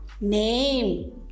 name